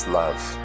love